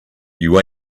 you